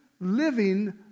living